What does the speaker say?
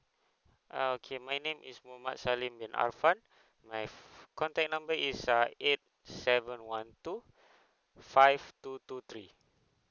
uh okay my name is mohamad salim bin arfad my contact number is uh eight seven one two five two two three